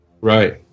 right